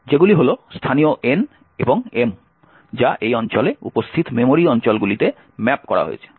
যেগুলি হল স্থানীয় N এবং M যা এই অঞ্চলে উপস্থিত মেমোরি অঞ্চলগুলিতে ম্যাপ করা হয়েছে